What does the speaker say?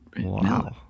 Wow